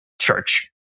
church